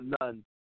none